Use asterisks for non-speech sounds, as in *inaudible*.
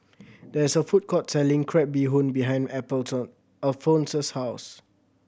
there is a food court selling crab bee hoon behind *unintelligible* Alphonse's house